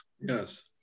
yes